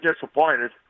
disappointed